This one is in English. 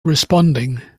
responding